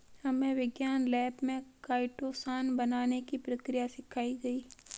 हमे विज्ञान लैब में काइटोसान बनाने की प्रक्रिया सिखाई गई